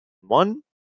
one